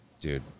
Dude